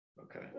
Okay